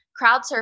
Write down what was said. CrowdSurf